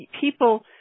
people